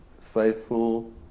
faithful